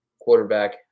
quarterback